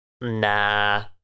Nah